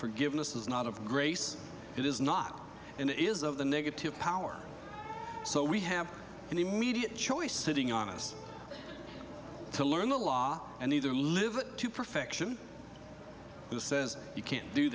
forgiveness is not of grace it is not and it is of the negative power so we have an immediate choice sitting on us to learn the law and either live it to perfection who says you can't do